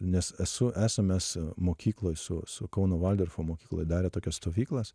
nes esu esam mes mokykloj su su kauno valdorfo mokykla darę tokias stovyklas